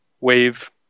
wave